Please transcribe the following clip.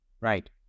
Right